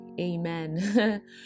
Amen